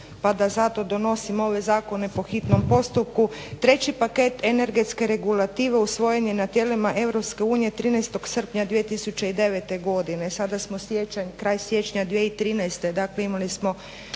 pa da zato donosimo ove zakone po hitnom postupku. Treći paket energetske regulative usvojen je na tijelima EU 13. Srpnja 2009. Godine. Sada smo siječanj, kraj siječnja 2013. Dakle imali smo